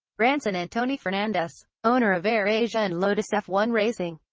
branson and tony fernandes, owner of air asia and lotus f one racing,